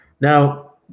Now